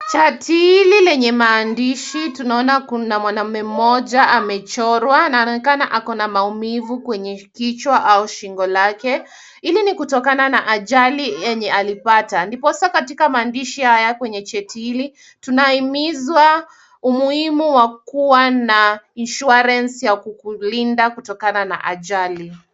Chati hili lenye maandishi. Tunaona kuna mwanaume mmoja amechorwa na anaonekana ako na maumivu kwenye kichwa au shingo lake. Hili ni kutokana na ajali yenye alipata. Ndiposa katika maandishi haya kwenye chati hili. Tunahimizwa umuhimu wa kuwa na insurance ya kukulinda kutokana na ajali.